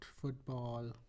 football